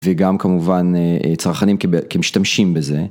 וגם כמובן צרכנים כמשתמשים בזה.